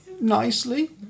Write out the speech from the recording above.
nicely